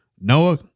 Noah